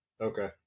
Okay